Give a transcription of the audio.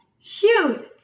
Shoot